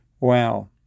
wow